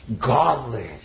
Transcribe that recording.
godly